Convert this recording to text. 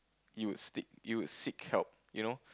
you will stick you would seek help you know